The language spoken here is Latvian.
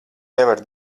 nevari